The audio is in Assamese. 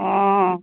অঁ